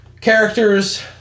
Characters